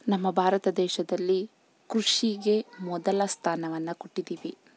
ನಮ್ಮ ಭಾರತ ದೇಶದಲ್ಲಿ ಕೃಷಿಗೆ ಮೊದಲ ಸ್ಥಾನವನ್ನು ಕೊಟ್ಟಿದ್ದೀವಿ